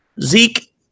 Zeke